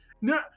no